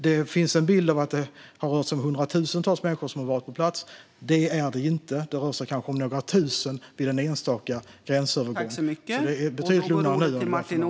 Det finns en bild av att det har rört sig om hundratusentals människor som har varit på plats. Det stämmer inte. Det rör sig kanske om några tusen vid den enskilda gränsövergången. Det är alltså betydligt lugnare nu än vad det var tidigare.